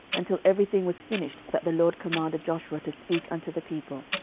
until everything was finished that the lord commanded joshua to speak unto the people,